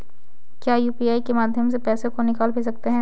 क्या यू.पी.आई के माध्यम से पैसे को निकाल भी सकते हैं?